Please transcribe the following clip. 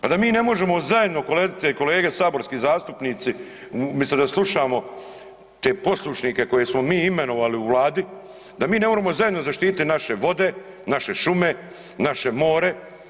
Pa da mi ne možemo zajedno kolegice i kolege saborski zastupnici misto da slušamo te poslušnike koje smo mi imenovali u vladi da mi ne moremo zajedno zaštititi naše vode, naše šume, naše more.